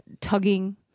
tugging